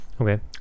Okay